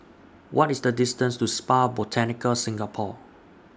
What IS The distance to Spa Botanica Singapore